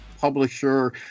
publisher